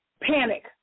panic